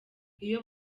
iyo